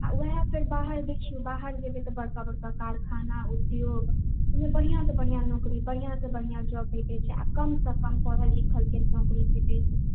वएह देखियौ बाहर जेतै तऽ बाहर बड़का बड़का कारखाना उद्योग बढ़िऑं सॅं बढ़िऑं नौकरी बढ़िऑं सॅं बढ़िऑं जॉब भेटै छै कम सॅं कम पढ़ल लिखल के भी नौकरी भेटै छै